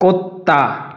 कुत्ता